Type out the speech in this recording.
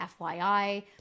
FYI